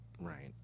Right